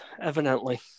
evidently